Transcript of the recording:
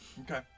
Okay